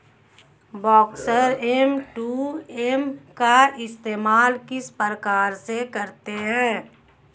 Brokers M to M का इस्तेमाल किस प्रकार से करते हैं?